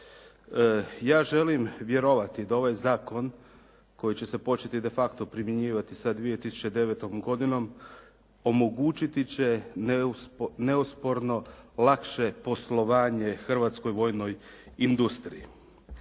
Ja želim vjerovati da ovaj zakon koji će se početi de facto primjenjivati sa 2009. godinom omogućiti će neosporno lakše poslovanje hrvatskoj vojnoj industriji.